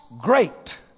great